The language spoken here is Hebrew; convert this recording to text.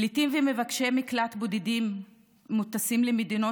פליטים ומבקשי מקלט בודדים מוטסים למדינת